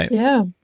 yeah.